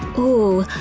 ooh,